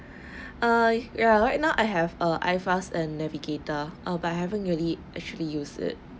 err ya right now I have a iFAST and navigator err but I haven't really actually use it